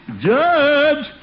Judge